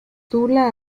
tula